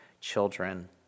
children